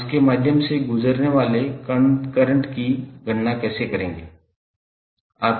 आप इसके माध्यम से गुजरने वाले करंट की गणना कैसे करेंगे